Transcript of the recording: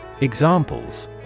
Examples